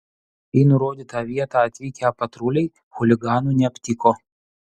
į nurodytą vietą atvykę patruliai chuliganų neaptiko